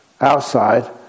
outside